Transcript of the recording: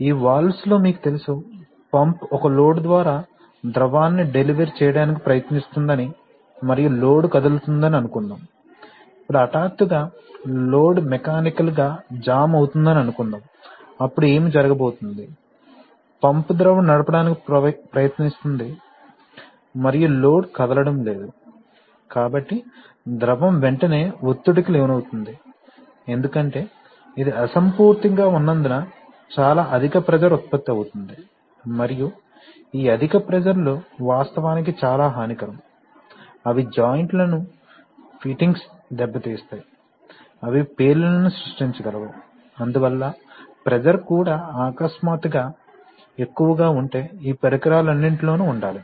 ఈ వాల్వ్స్ లో మీకు తెలుసు పంప్ ఒక లోడ్ ద్వారా ద్రవాన్ని డెలివర్ చేయడానికి ప్రయత్నిస్తుందని మరియు లోడ్ కదులుతోందని అనుకుందాం ఇప్పుడు హఠాత్తుగా లోడ్ మెకానికల్ గా జామ్ అవుతుందని అనుకుందాం అప్పుడు ఏమి జరగబోతోంది పంప్ ద్రవం నడపడానికి ప్రయత్నిస్తుంది మరియు లోడ్ కదలడం లేదు కాబట్టి ద్రవం వెంటనే ఒత్తిడికి లోనవుతుంది ఎందుకంటే ఇది అసంపూర్తిగా ఉన్నందున చాలా అధిక ప్రెషర్ ఉత్పత్తి అవుతుంది మరియు ఈ అధిక ప్రెషర్ లు వాస్తవానికి చాలా హానికరం అవి జాయింట్లను ఫిట్టింగ్స్ దెబ్బతీస్తాయి అవి పేలుళ్లను సృష్టించగలవు అందువల్ల ప్రెషర్ కూడా అకస్మాత్తుగా ఎక్కువగా ఉంటే ఈ పరికరాలన్నింటిలోనూ ఉండాలి